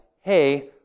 hey